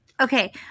Okay